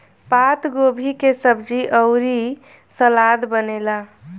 पातगोभी के सब्जी अउरी सलाद बनेला